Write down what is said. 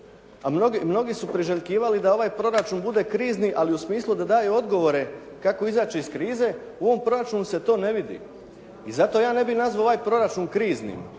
a mnogi su priželjkivali da ovaj proračun bude krizni ali u smislu da daje odgovore kako izaći iz krize, u ovom proračunu se to ne vidi. I zato ja ne bih nazvao ovaj proračun kriznim,